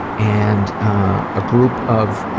and a group of ah